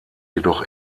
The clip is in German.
jedoch